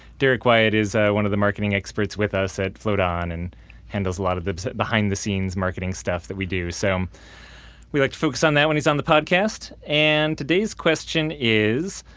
derek wyatt is one of the marketing experts with us at float on and handles a lot of the behind the scenes marketing stuff that we do. so we like to focus on that when he's on the podcast and today's question is,